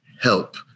help